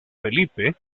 felipe